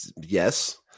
yes